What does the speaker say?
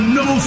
no